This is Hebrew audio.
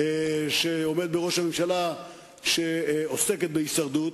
שעומד בראש הממשלה שעוסקת בהישרדות,